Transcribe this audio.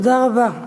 תודה רבה.